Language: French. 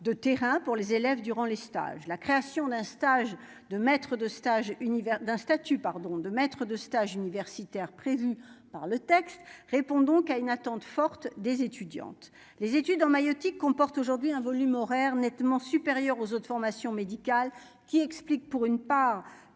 la création d'un stage de maître de stage, univers d'un statut, pardon de maître de stage universitaires prévues par le texte répond donc à une attente forte des étudiantes, les études en maïeutique comporte aujourd'hui un volume horaire nettement supérieur aux autres formations médicales qui explique pour une part